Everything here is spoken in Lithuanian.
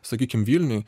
sakykim vilniuj